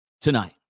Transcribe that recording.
tonight